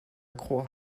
croix